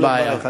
אין בעיה.